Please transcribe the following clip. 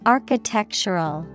Architectural